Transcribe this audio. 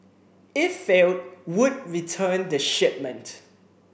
if failed would return the shipment